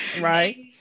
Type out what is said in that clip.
right